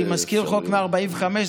אני מזכיר שהחוק מ-1945,